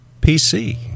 PC